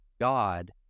God